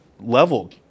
level